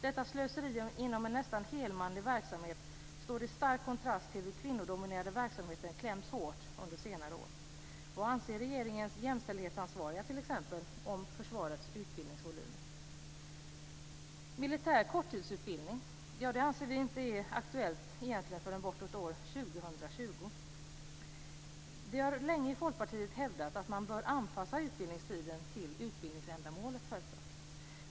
Detta slöseri inom en nästan helmanlig verksamhet står i stark kontrast till hur kvinnodominerade verksamheter klämts åt hårt under senare år. Vad anser t.ex. regeringens jämställdhetsansvariga om försvarets utbildningsvolym? Militär korttidsutbildning är inte egentligen aktuellt, anser vi, förrän bortåt år 2020. Vi har länge i Folkpartiet hävdat att man självklart bör anpassa utbildningstiden till utbildningsändamålet.